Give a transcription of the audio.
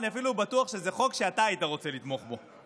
אני אפילו בטוח שזה חוק שאתה היית רוצה לתמוך בו.